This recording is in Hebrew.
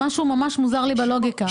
מי קובע אותו?